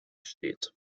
steht